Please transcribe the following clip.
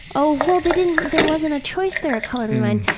oh, well, they didn't. there wasn't a choice there at color me mine,